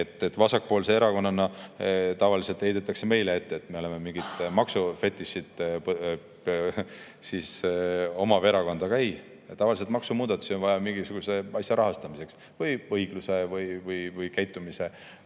Vasakpoolse erakonnana tavaliselt heidetakse meile ette, et me oleme mingit maksufetišit omav erakond. Aga ei. Tavaliselt on maksumuudatusi vaja mingisuguse asja rahastamiseks või õigluse või mingi käitumise